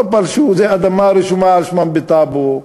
לא פלשו, זאת אדמה רשומה על שמם בטאבו,